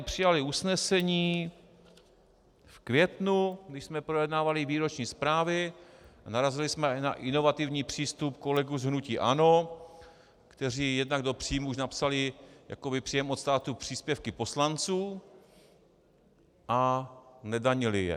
Přijali jsme tady usnesení v květnu, když jsme projednávali výroční zprávy, narazili jsme na inovativní přístup kolegů z hnutí ANO, kteří jednak do příjmů už napsali jakoby příjem od státu příspěvky poslanců a nedanili je.